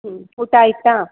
ಹ್ಞೂ ಊಟ ಆಯ್ತಾ